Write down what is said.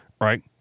right